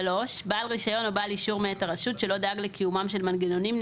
בעל רישיון או בעל אישור מאת הרשות שלא דאג לקיומם של מנגנונים,